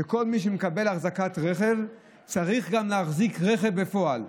כל מי שמקבל אחזקת רכב צריך גם להחזיק רכב בפועל.